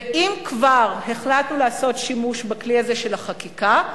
ואם כבר החלטתם לעשות שימוש בכלי הזה של החקיקה,